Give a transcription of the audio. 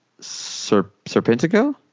Serpentico